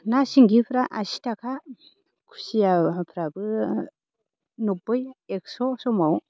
ना सिंगिफोरा आसि थाखा खुसियाफ्राबो नब्बै एकस' समाव